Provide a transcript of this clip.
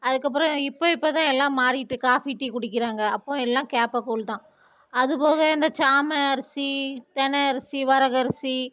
அதுக்கப்புறம் இப்போ இப்போதான் எல்லாம் மாறிட்டு காஃபி டீ குடிக்கிறாங்க அப்போது எல்லாம் கேப்பக்கூழ் தான் அது போக இந்த சாமை அரிசி தெணை அரிசி வரகு அரிசி